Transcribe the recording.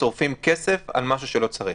אז שורפים כסף על משהו שלא צריך.